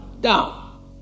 down